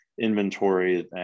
inventory